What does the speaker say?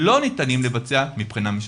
שלא ניתן לביצוע מבחינה משפטית.